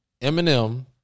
Eminem